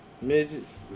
Midgets